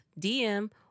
DM